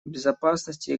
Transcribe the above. безопасности